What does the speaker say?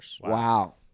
Wow